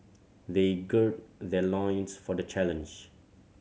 they gird their loins for the challenge